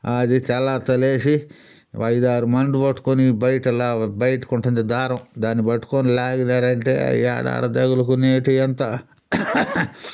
అది తెల్లారితో లేచి ఐదారు మండ్లు పట్టుకొని బయట లా బయటకి ఉంటుంది దారం దాని పట్టుకొని లాగినారంటే ఆడాడ తగులుకునేటి అంతా